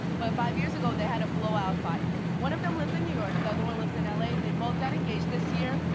but five years ago they had a blowout fight. one of them lives in new york, the other one lives in l a. they both got engaged this year.